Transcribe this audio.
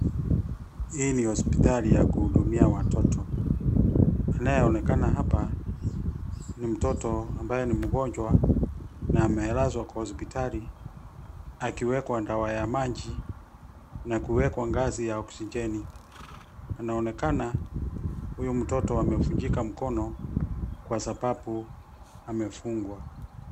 Hii ni hospitali ya kuhudumia watoto, anayeonekana hapa, ni mtoto ambaye ni mgonjwa, na amelazwa kwa hospitali, akiwekwa dawa ya maji, na kuwekwa gasi ya oxygeni, anaonekana, huyu mtoto amevunjika mkono, kwa sababu amefungwa.